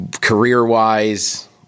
career-wise